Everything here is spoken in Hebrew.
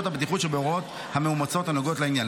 הבטיחות שבהוראות המאומצות הנוגעות לעניין.